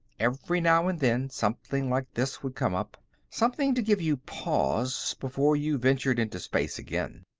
every now and then something like this would come up something to give you pause, before you ventured into space again.